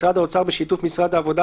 משרד האוצר בשיתוף משרד העבודה,